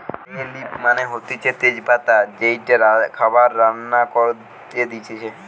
বে লিফ মানে হতিছে তেজ পাতা যেইটা খাবার রান্না করে দিতেছে